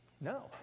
No